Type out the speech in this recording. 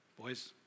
boys